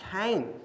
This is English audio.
came